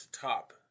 top